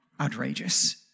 outrageous